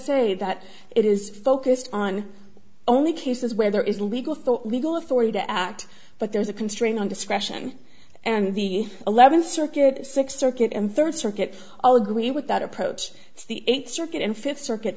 say that it is focused on only cases where there is legal for legal authority to act but there is a constraint on discretion and the eleventh circuit sixth circuit and third circuit all agree with that approach the eighth circuit and fifth circuit